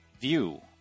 view